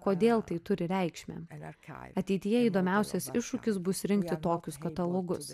kodėl tai turi reikšmę ateityje įdomiausias iššūkis bus rinkti tokius katalogus